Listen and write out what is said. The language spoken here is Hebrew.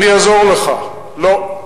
אני אעזור לך: לא.